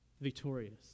victorious